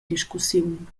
discussiun